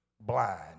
blind